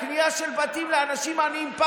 הקנייה של בתים לאנשים עניים,